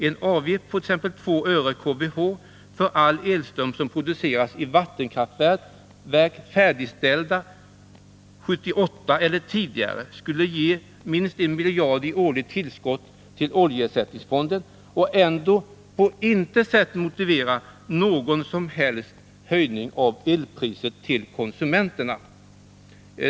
En avgift på t.ex. 2 öre/kWh för all elström som produceras i vattenkraftverk färdigställda 1978 eller tidigare skulle ge minst 1 miljard i årligt tillskott till oljeersättningsfonden och ändå på intet sätt motivera någon som helst höjning av elpriset hos konsumenterna.